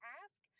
ask